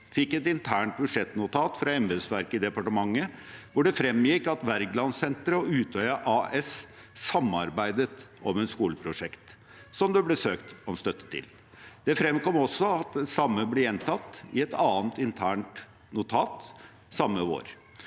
fikk et internt budsjettnotat fra embetsverket i departementet hvor det fremgikk at Wergelandsenteret og Utøya AS samarbeidet om et skoleprosjekt det ble søkt om støtte til. Det fremkom også at det samme ble gjentatt i et annet internt notat samme vår.